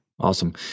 Awesome